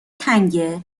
تنگه